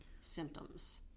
symptoms